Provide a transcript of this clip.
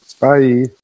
bye